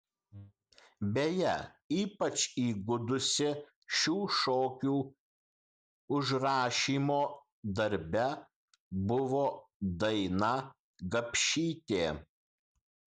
beje ypač įgudusi šių šokių užrašymo darbe buvo daina gapšytė